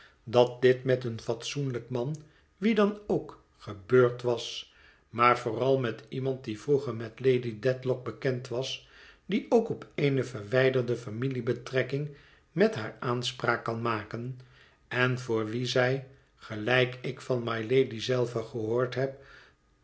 dat dit met een fatsoenlijk man wie dan ook gebeurd was maar vooral met iemand die vroeger met lady dedlock bekend was die ook op eene verwijderde familiebetrekking met haar aanspraak kan maken en voor wien zij gelijk ik van mylady zelve